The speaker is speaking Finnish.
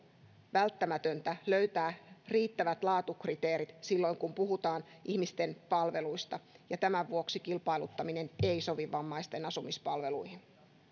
välttämätöntä löytää riittävät laatukriteerit silloin kun puhutaan ihmisten palveluista ja tämän vuoksi kilpailuttaminen ei sovi vammaisten asumispalveluihin